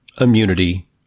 Immunity